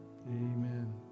Amen